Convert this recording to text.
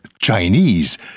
Chinese